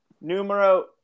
numero